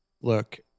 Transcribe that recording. Look